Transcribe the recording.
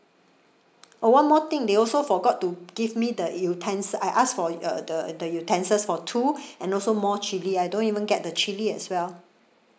oh one more thing they also forgot to give me the utensil I ask for uh the the utensils for two and also more chilli I don't even get the chilli as well